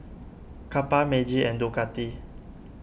Kappa Meiji and Ducati